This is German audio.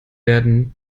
werden